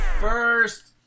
First